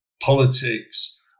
politics